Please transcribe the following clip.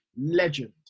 legend